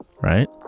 right